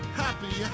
happy